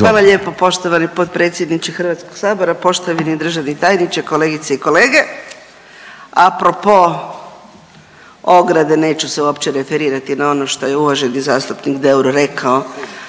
Hvala lijepo poštovani potpredsjedniče Hrvatskog sabora. Poštovani državni tajniče, kolegice i kolege, apropo ograde neću se uopće referirati na ono što je uvaženi zastupnik Deur rekao,